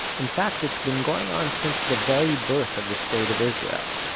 in fact it's been going on since the very birth of the state of israel.